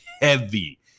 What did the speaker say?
heavy